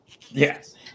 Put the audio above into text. Yes